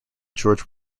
george